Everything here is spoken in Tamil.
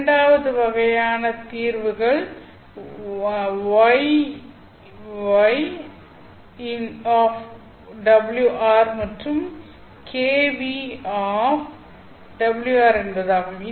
இரண்டாவது வகையான தீர்வுகள் Yν மற்றும் Kν என்பதாகும்